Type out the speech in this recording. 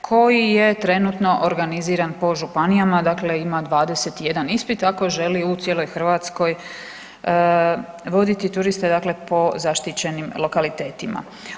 koji je trenutno organiziran po županijama, dakle ima 21 ispit ako želi u cijeloj Hrvatskoj voditi turiste dakle po zaštićenim lokalitetima.